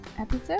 episode